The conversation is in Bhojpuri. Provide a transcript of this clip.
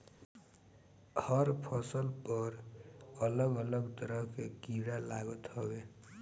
हर फसल पर अलग अलग तरह के कीड़ा लागत हवे